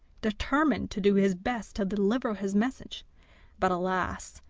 determined to do his best to deliver his message but, alas!